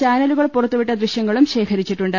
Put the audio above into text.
ചാനലുകൾ പുറ ത്തുവിട്ട ദൃശ്യങ്ങളും ശേഖരിച്ചിട്ടുണ്ട്